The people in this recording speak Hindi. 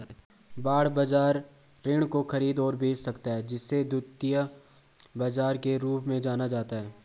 बांड बाजार ऋण को खरीद और बेच सकता है जिसे द्वितीयक बाजार के रूप में जाना जाता है